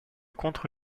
contre